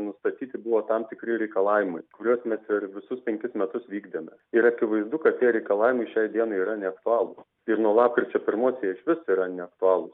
nustatyti buvo tam tikri reikalavimai kuriuos mes ir visus penkis metus vykdėme ir akivaizdu kad tie reikalavimai šiai dienai yra neaktualūs ir nuo lapkričio pirmos jie išvis tai yra neaktualūs